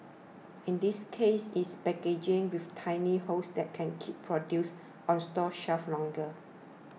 in this case it's packaging with tiny holes that can keep produce on store shelves longer